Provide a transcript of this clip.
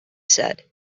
said